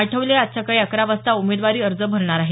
आठवले आज सकाळी अकरा वाजता उमेदवारी अर्ज भरणार आहेत